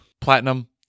platinum